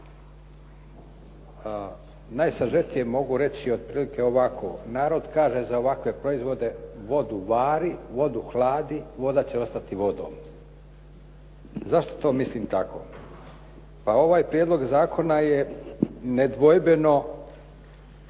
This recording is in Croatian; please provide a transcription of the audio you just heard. Najsažetije mogu reći otprilike ovako. Narod kaže za ovakve proizvode vodu vari, voda hladi, voda će ostati vodom. Zašto to mislim tako? Pa ovaj prijedlog zakona je nedvojbeno